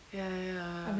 ya ya ya